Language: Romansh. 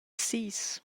sis